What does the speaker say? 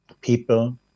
people